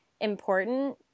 important